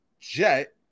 jet